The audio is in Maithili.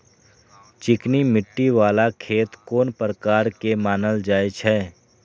चिकनी मिट्टी बाला खेत कोन प्रकार के मानल जाय छै?